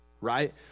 right